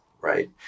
right